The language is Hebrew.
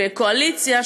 בקואליציה.